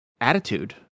attitude